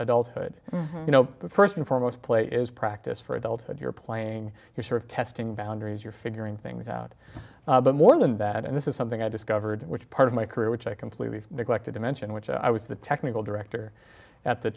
adulthood you know the first and foremost play is practice for adulthood you're playing you're sort of testing boundaries you're figuring things out but more than that and this is something i discovered which part of my career which i completely neglected to mention which i was the technical director at the